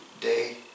day